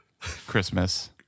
Christmas